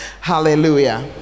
hallelujah